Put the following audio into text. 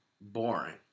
Boring